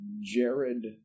Jared